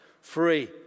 free